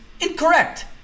incorrect